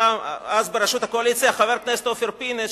היה אז בראשות הקואליציה חבר הכנסת אופיר פינס,